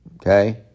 okay